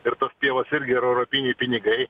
ir tos pievos irgi yra europiniai pinigai